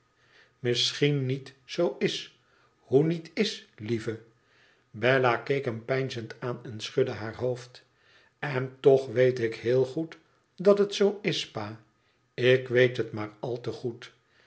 misschien niet zoo is hoe niet is lieve bella keek hem peinzend aan en schudde haar hoofd en toch weet ik heel goed dat het zoo is pa ik weet het maar al te goed